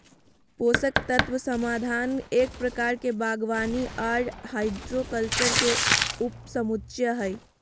पोषक तत्व समाधान एक प्रकार के बागवानी आर हाइड्रोकल्चर के उपसमुच्या हई,